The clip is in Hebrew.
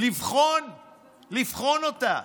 לבחון אותה.